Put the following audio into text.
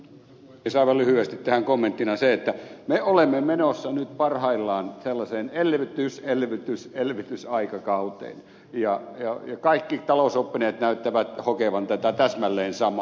aivan lyhyesti tähän kommenttina se että me olemme menossa nyt parhaillaan sellaiseen elvytys elvytys elvytysaikakauteen ja kaikki talousoppineet näyttävät hokevan tätä täsmälleen samaa